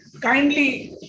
Kindly